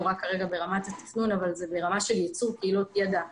הוא רק כרגע ברמת התכנון אבל זה ברמה של ייצור קהילות ידע מקומיים.